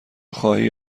خواهی